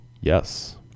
Yes